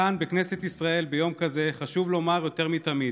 כאן, בכנסת ישראל, ביום כזה חשוב לומר יותר מתמיד: